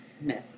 myth